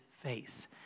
face